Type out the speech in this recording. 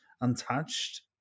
untouched